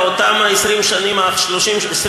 באותן 20 השנה האחרונות,